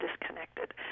disconnected